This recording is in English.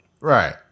Right